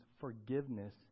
forgiveness